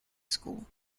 school